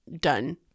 done